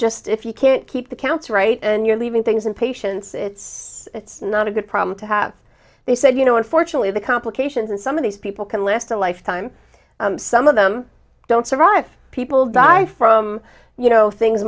just if you can't keep the count's right and you're leaving things in patients it's it's not a good problem to have they said you know unfortunately the complications and some of these people can last a lifetime some of them don't survive people die from you know things